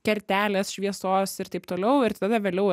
kertelės šviesos ir taip toliau ir tada vėliau